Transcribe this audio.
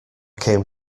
came